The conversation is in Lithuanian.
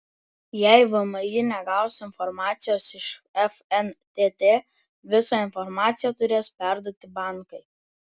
jei vmi negaus informacijos iš fntt visą informaciją turės perduoti bankai